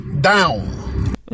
down